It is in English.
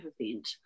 event